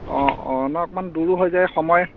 অঁ অঁ নহয় অকণমান দূৰো হৈ যায় সময়